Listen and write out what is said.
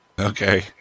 okay